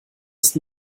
ist